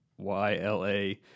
YLA